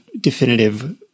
definitive